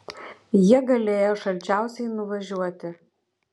jie galėjo šalčiausiai nuvažiuoti